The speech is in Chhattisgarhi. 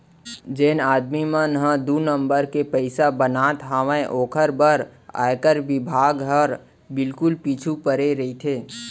जेन आदमी मन ह दू नंबर के पइसा बनात हावय ओकर बर आयकर बिभाग हर बिल्कुल पीछू परे रइथे